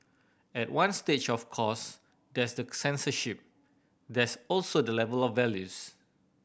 at one stage of course there's the censorship there's also the level of values